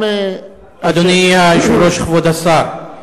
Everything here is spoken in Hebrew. אדוני היושב-ראש, כבוד השר,